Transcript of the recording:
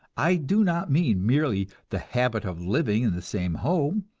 i do not mean merely the habit of living in the same home,